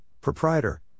proprietor